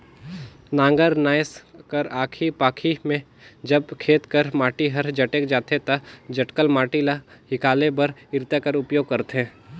नांगर नाएस कर आखी पाखी मे जब खेत कर माटी हर जटेक जाथे ता जटकल माटी ल हिकाले बर इरता कर उपियोग करथे